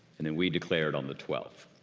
and and we declared on the twelfth.